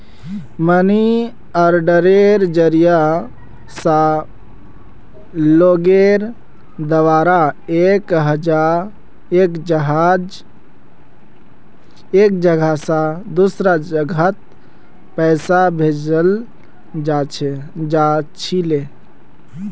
money आर्डरेर जरिया स लोगेर द्वारा एक जगह स दूसरा जगहत पैसा भेजाल जा छिले